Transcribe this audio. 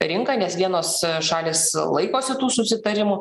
rinką nes vienos šalys laikosi tų susitarimų